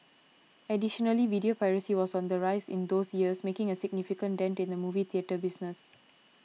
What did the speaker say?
additionally video piracy was on the rise in those years making a significant dent in the movie theatre business